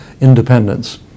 independence